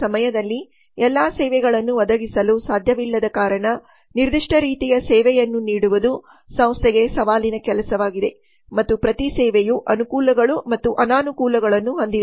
ಒಂದು ಸಮಯದಲ್ಲಿ ಎಲ್ಲಾ ಸೇವೆಗಳನ್ನು ಒದಗಿಸಲು ಸಾಧ್ಯವಿಲ್ಲದ ಕಾರಣ ನಿರ್ದಿಷ್ಟ ರೀತಿಯ ಸೇವೆಯನ್ನು ನೀಡುವುದು ಸಂಸ್ಥೆಗೆ ಸವಾಲಿನ ಕೆಲಸವಾಗಿದೆ ಮತ್ತು ಪ್ರತಿ ಸೇವೆಯು ಅನುಕೂಲಗಳು ಮತ್ತು ಅನಾನುಕೂಲಗಳನ್ನು ಹೊಂದಿದೆ